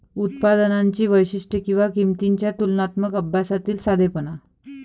उत्पादनांची वैशिष्ट्ये आणि किंमतींच्या तुलनात्मक अभ्यासातील साधेपणा